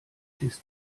disk